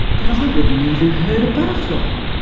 but i wouldn't even hurt a butterfly.